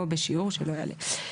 או בשיעור שלא יעלה.